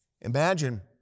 Imagine